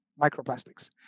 microplastics